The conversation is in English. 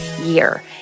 year